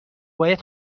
باید